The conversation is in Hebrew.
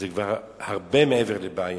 זה כבר הרבה מעבר לבעיה.